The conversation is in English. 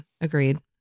Agreed